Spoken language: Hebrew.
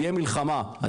תהיה מלחמה.